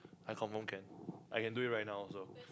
I confirm can I can do it right now also